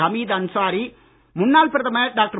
ஹமீது அன்சாரி முன்னாள் பிரதமர் டாக்டர்